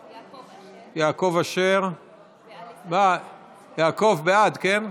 יעקב אשר, בעד, כן?